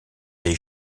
des